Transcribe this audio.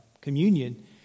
communion